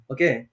Okay